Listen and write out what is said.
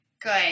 Good